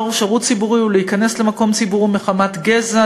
או שירות ציבורי ולהיכנס למקום ציבור מחמת גזע,